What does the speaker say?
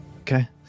Okay